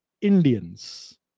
Indians